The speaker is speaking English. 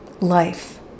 life